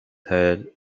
had